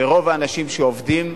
רוב האנשים שעובדים,